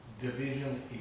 Division